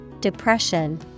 depression